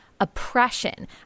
oppression